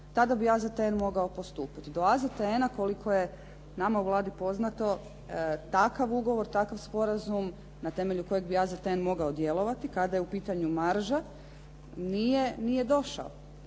Tada bi AZTN mogao postupiti. Do AZTN-a, koliko je nama u Vladi poznato, takav ugovor, takav sporazum na temelju kojeg bi AZTN mogao djelovati kada je u pitanju marža, nije došao.